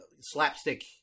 slapstick